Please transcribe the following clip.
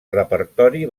repertori